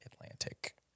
Atlantic